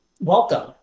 welcome